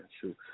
true